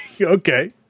Okay